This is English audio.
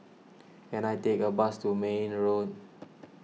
can I take a bus to Mayne Road